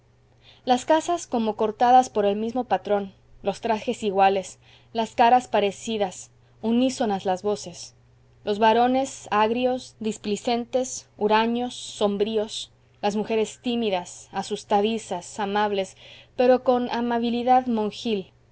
las casas como cortadas por el mismo patrón los trajes iguales las caras parecidas unísonas las voces los varones agrios displicentes huraños sombríos las mujeres tímidas asustadizas amables pero con amabilidad monjil